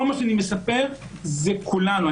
כל מה שאני מספר זה כולנו.